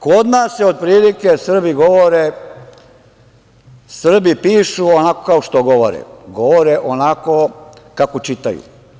Kod nas otprilike Srbi pišu onako kao što govore, govore onako kako čitaju.